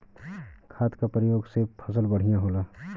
खाद क परयोग से फसल बढ़िया होला